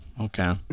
Okay